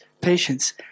patience